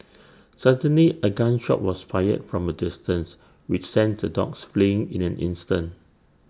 suddenly A gun shot was fired from A distance which sent the dogs fleeing in an instant